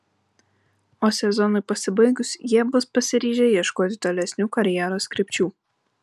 o sezonui pasibaigus jie bus pasiryžę ieškoti tolesnių karjeros krypčių